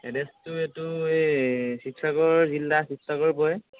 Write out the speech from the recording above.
এড্ৰেছটো এইটো এই শিৱসাগৰ জিলা শিৱসাগৰ পৰে